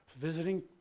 visiting